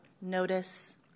notice